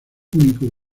único